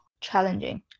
challenging